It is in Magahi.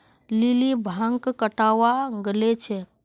लिली भांग कटावा गले छे